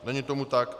Není tomu tak.